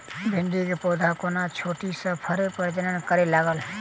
भिंडीक पौधा कोना छोटहि सँ फरय प्रजनन करै लागत?